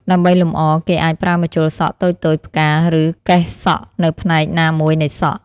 ដើម្បីលម្អ គេអាចប្រើម្ជុលសក់តូចៗ ផ្កា ឬកេសសក់នៅផ្នែកណាមួយនៃសក់។